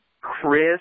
Chris